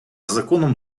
законом